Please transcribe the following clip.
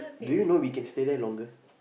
do you know we can stay there longer